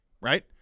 Right